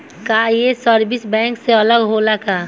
का ये service bank से अलग होला का?